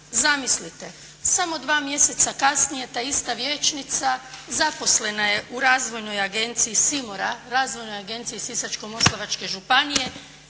Zamislite, samo 2 mjeseca kasnije ta ista vijećnica zaposlena je u razvojnoj agenciji "Simora", razvojnoj agenciji Sisačko-moslavačke županije